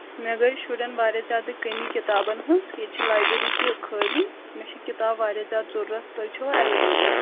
مےٚ گٔے شُرٮ۪ن واریاہ زیادٕ کٔمی کِتابَن ہٕنٛز ییٚتہِ چھِ لایبٔری تہِ خٲلی مےٚ چھِ کِتابہٕ واریاہ زیادٕ ضوٚرَتھ تۄہہِ چھِوا اٮ۪ویلیبٕل